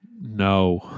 No